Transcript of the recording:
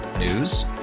News